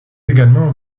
également